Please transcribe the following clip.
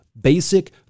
basic